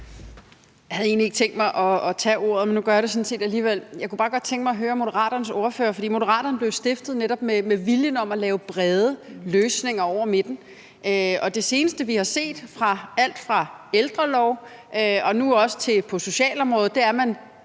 Jeg havde egentlig ikke tænkt mig at tage ordet, men nu gør det sådan set alligevel. Jeg kunne bare godt tænke mig at høre Moderaternes ordfører om noget. Moderaterne blev stiftet med netop viljen til at lave brede løsninger over midten, og det seneste, vi har set fra alt fra ældrelov og nu også til socialområdet, er, at man